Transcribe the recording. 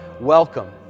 welcome